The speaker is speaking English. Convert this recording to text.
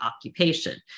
occupation